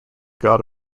god